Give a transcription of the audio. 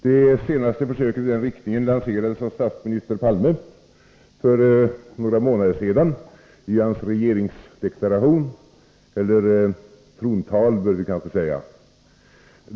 Det senaste försöket i den riktningen lanserades av statsminister Palme för några månader sedan i hans regeringsdeklaration — eller vi bör kanske säga trontal.